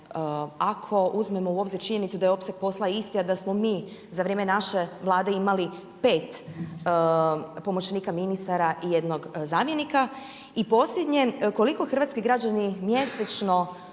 ako uzmemo u obzir činjenicu da je opseg posla isti a da smo mi za vrijeme naže Vlade imali 5 pomoćnika ministara i 1 zamjenika? I posljednje koliko hrvatski građani mjesečno